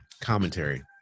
Commentary